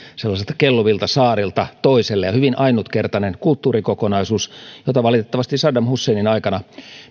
sellaisilta kelluvilta saarilta toisille ja tämä on hyvin ainutkertainen kulttuurikokonaisuus jota valitettavasti saddam husseinin aikana